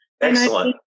Excellent